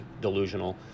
delusional